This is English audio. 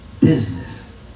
business